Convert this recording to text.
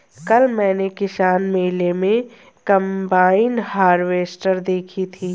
कल मैंने किसान मेले में कम्बाइन हार्वेसटर देखी थी